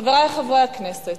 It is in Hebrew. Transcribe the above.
חברי חברי הכנסת,